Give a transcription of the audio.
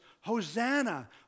Hosanna